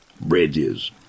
bridges